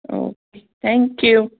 okay thank you